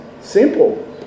Simple